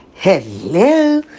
Hello